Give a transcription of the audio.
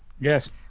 Yes